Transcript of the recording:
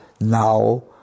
now